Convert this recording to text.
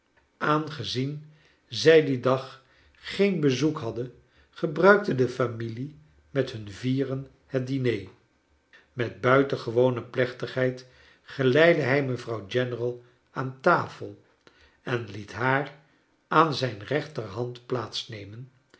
aangezien zij dien dag geen bezoek hadden gebruikte de familie met hun vieren het diner met buitengewone plechtigheid geleidde hij mevrouw general aan tafel en liet haar aan zijn rechterhand